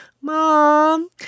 Mom